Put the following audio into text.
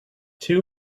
two